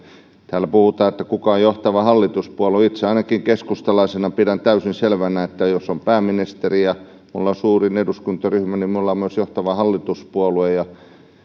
täällä puhutaan siitä mikä on johtava hallituspuolue itse ainakin keskustalaisena pidän täysin selvänä että jos meiltä on pääministeri ja me olemme suurin eduskuntaryhmä niin me olemme myös johtava hallituspuolue